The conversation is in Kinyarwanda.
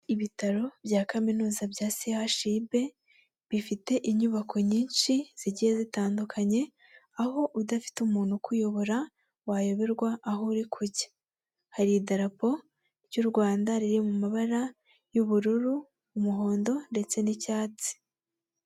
Ibitaro bya kaminuza bya chib bifite inyubako nyinshi zigiye zitandukanye, aho udafite umuntu ukuyobora wayoberwa aho uri kujya. Hari idarapo ry'u Rwanda riri mu mabara y'ubururu, umuhondo ndetse n'icyatsi.